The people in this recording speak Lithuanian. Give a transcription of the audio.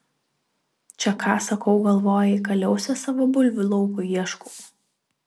čia ką sakau galvojai kaliausės savo bulvių laukui ieškau